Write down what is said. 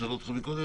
שאלו אותך קודם.